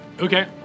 Okay